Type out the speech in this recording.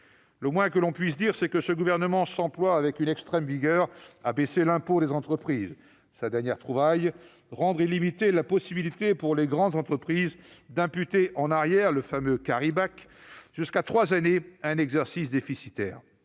Le moins que l'on puisse dire, c'est que ce gouvernement s'emploie avec une extrême vigueur à baisser l'impôt des entreprises. Sa dernière trouvaille : rendre illimitée la possibilité pour les grandes entreprises d'imputer un exercice déficitaire jusqu'à trois années en arrière-